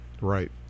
Right